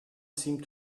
seemed